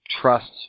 trust